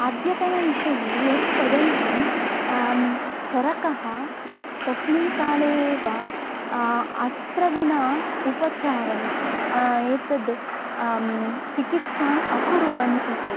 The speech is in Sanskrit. अद्यतनविषये यद् वदन्ति चरकः तस्मिन् काले एव अस्त्रं विना उपचारम् एतद् चिकित्साम् अकुर्वन् इति